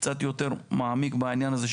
קצת יותר מעמיק בעניין הזה,